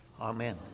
Amen